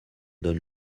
donne